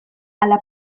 ala